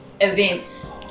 events